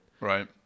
Right